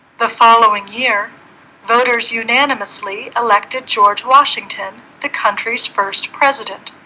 the following year voters unanimously elected george washington the country's first president